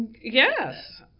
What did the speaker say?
Yes